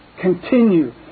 Continue